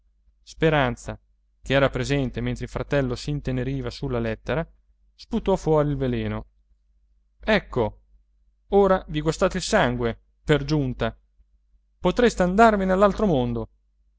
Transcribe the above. speranza che era presente mentre il fratello s'inteneriva sulla lettera sputò fuori il veleno ecco ora vi guastate il sangue per giunta potreste andarvene all'altro mondo